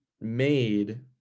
made